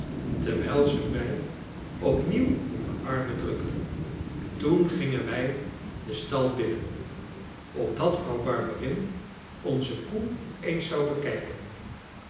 terwijl ze mij opnieuw in de armen drukte toen gingen wij den stal binnen opdat vrouw barberin onze koe eens zou bekijken